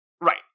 Right